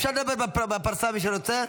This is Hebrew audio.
אפשר לדבר בפרסה, מי שרוצה.